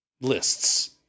lists